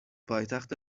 پایتخت